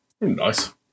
Nice